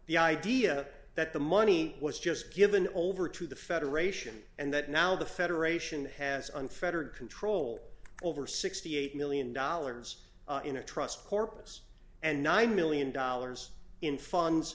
the idea that the money was just given over to the federation and that now the federation has unfettered control over sixty eight million dollars in a trust corpus and nine million dollars in funds